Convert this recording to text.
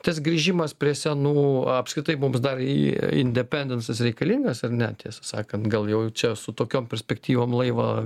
tas grįžimas prie senų apskritai mums dar į independensas reikalingas ar ne tiesą sakant gal jau čia su tokiom perspektyvom laivą